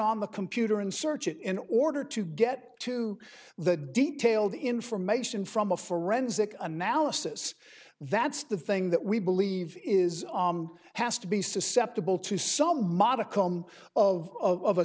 on the computer and search it in order to get to the detailed information from a forensic analysis that's the thing that we believe is has to be susceptible to so modicum of of a